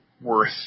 worth